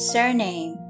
Surname